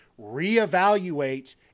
reevaluate